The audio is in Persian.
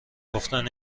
گفتن